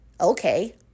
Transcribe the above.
Okay